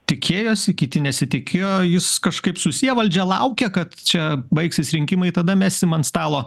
tikėjosi kiti nesitikėjo jis kažkaip susiję valdžia laukė kad čia baigsis rinkimai tada mesim ant stalo